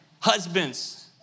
Husbands